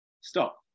stop